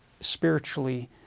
spiritually